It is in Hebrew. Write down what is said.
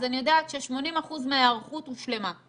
אז אני יודעת ש-80% מההיערכות הושלמה,